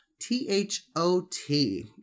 T-H-O-T